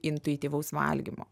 intuityvaus valgymo